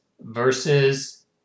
versus